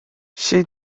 she